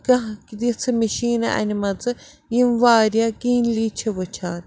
کانٛہہ تِژھٕ مشیٖنہٕ انِمژٕ یِم وارِیاہ کیٖنلی چھِ وٕچھان